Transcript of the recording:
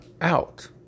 out